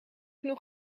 nog